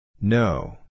No